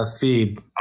feed